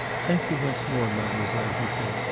thank you once more, mademoiselle, he said.